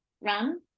run